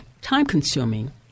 time-consuming